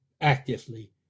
actively